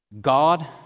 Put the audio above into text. God